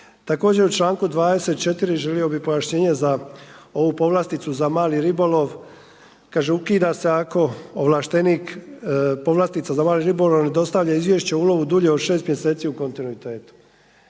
Također, u članku 24. želio bih pojašnjenje za ovu povlasticu za mali ribolov, kaže ukida se ako ovlaštenik povlastica za mali ribolov ne dostavlja izvješće o ulovu dulje od 6 mjeseci u kontinuitetu.